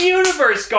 universe